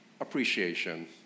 appreciation